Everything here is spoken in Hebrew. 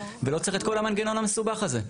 ולא צריך את כל המנגנון המסובך הזה.